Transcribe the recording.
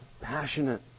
passionate